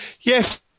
Yes